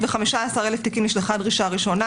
ב-615,000 תיקים נשלחה דרישה ראשונה.